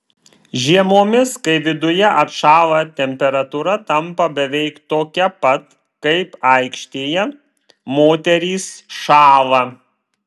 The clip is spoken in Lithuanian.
žiemomis kai viduje atšąla temperatūra tampa beveik tokia pat kaip aikštėje moterys šąla